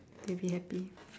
maybe happy